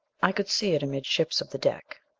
i could see it amidships of the deck.